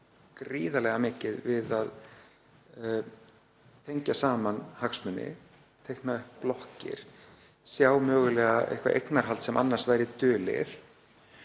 gríðarlega mikið við að tengja saman hagsmuni, teikna upp blokkir, sjá mögulega eitthvert eignarhald sem annars væri dulið.